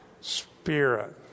spirit